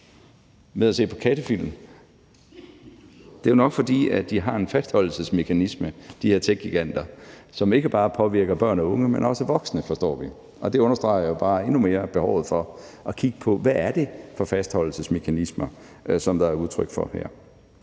med at se på kattefilm. Det er jo nok, fordi de her techgiganter har en fastholdelsesmekanisme, som ikke bare påvirker børn og unge, men også voksne, forstår vi. Og det understreger jo bare endnu mere behovet for at kigge på, hvad det er for fastholdelsesmekanismer, det er udtryk for her.